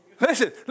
Listen